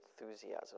enthusiasm